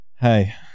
Hey